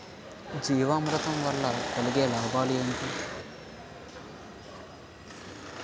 జీవామృతం వల్ల కలిగే లాభాలు ఏంటి?